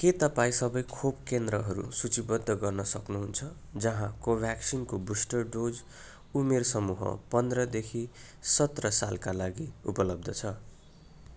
के तपाईँँ सबै खोप केन्द्रहरू सूचीबद्ध गर्न सक्नुहुन्छ जहाँ कोभ्याक्सिनको बुस्टर डोज उमेर समूह पन्ध्रदेखि सत्र सालका लागि उपलब्ध छ